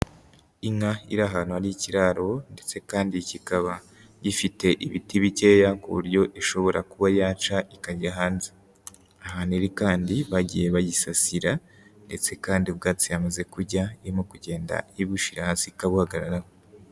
Inka iri ahantu hari ikiraro, ndetse kandi kikaba gifite ibiti bikeya ku buryo ishobora kuba yaca ikajya hanze. Ahantu iri kandi bagiye bayisasira, ndetse kandi ubwatsi yamaze kujya irimo kugenda ibushira hasi ikabuhagararaho.